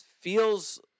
feels